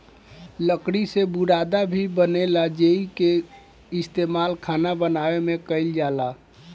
लकड़ी से बुरादा भी बनेला जेइके इस्तमाल खाना बनावे में कईल जाला